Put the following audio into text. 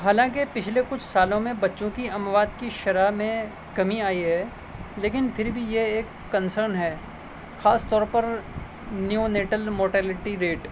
حالانکہ پچھلے کچھ سالوں میں بچوں کی اموات کی شرح میں کمی آئی ہے لیکن پھر بھی یہ ایک کنسرن ہے خاص طور پر نیونیٹل مورٹیلیٹی ریٹ